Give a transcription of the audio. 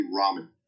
ramen